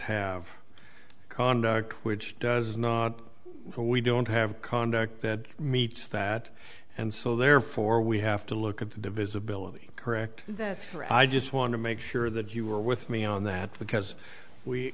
have conduct which does not or we don't have conduct that meets that and so therefore we have to look at the divisibility correct that or i just want to make sure that you are with me on that because we